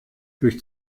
durch